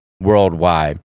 worldwide